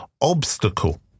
obstacle